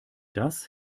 das